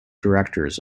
directors